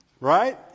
Right